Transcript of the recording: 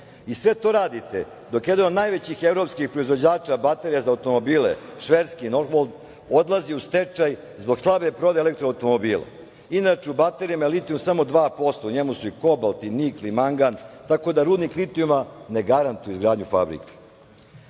i sve to radite dok jedan od najvećih evropskih proizvođača baterija za automobile, švedski „Norvolt“ odlazi u stečaj zbog slabe prodaje elektro automobila. Inače, u baterijama litijum je samo 2%, u njima su i kobalt i nikl i mangan. Tako da, rudnik litijuma ne garantuje izgradnju fabrika. Sve